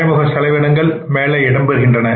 மறைமுக செலவினங்கள் மேலே இடம்பெறுகின்றன